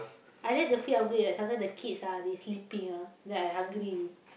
I like the free upgrade sometime the kids ah they sleeping ah then I hungry